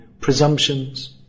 presumptions